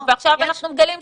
ועכשיו, אנחנו מגלים שכן,